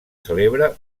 celebra